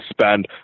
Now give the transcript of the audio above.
spend